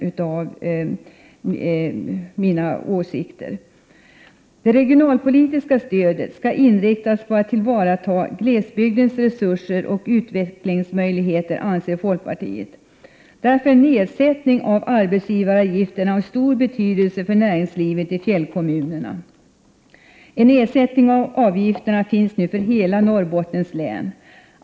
Folkpartiet anser att det regionalpolitiska stödet skall inriktas på att tillvarata glesbygdens resurser och utvecklingsmöjligheter. Därför är en nedsättning av arbetsgivaravgifterna av stor betydelse för näringslivet i fjällkommunerna. En nedsättning av avgifterna sker nu för hela Norrbottens län.